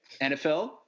NFL